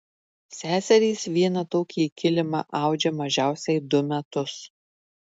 seserys vieną tokį kilimą audžia mažiausiai du metus